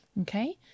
Okay